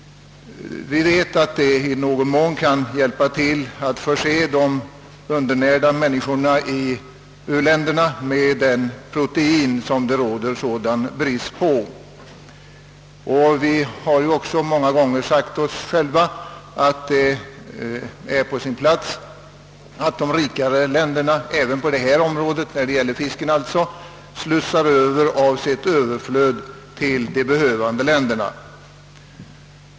Vi vet att dessa födoämnen kan hjälpa till att förse de undernärda människorna i u-länderna med det protein, som det råder sådan brist på. Vi har också många gånger sagt oss att det är på sin plats att de rikare länderna även på fiskerinäringens område slussar över av sitt överflöd till de behövande länderna.